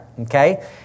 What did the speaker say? okay